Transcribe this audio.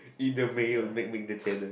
eat the mayo make make the channel